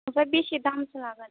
ओमफ्राय बेसे दामसो लागोन